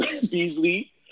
Beasley